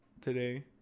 today